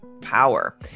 power